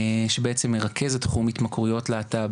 שבעצם מרכז את תחום התמכרויות להט"ב